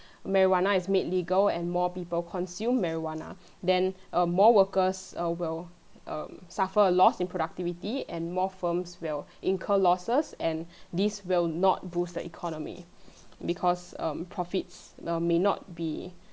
marijuana is made legal and more people consume marijuana then uh more workers uh will um suffer a loss in productivity and more firms will incur losses and this will not boost the economy because um profits um may not be